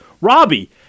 Robbie